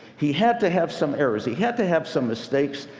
he had to have some errors. he had to have some mistakes.